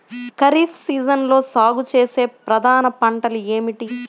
ఖరీఫ్ సీజన్లో సాగుచేసే ప్రధాన పంటలు ఏమిటీ?